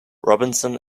robinson